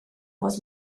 was